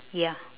ya